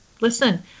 listen